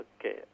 Okay